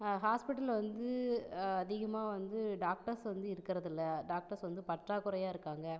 ஹா ஹாஸ்பிட்டல்ல வந்து அதிகமாக வந்து டாக்டர்ஸ் வந்து இருக்குறதில்லை டாக்டர்ஸ் வந்து பற்றாக்குறையாக இருக்காங்க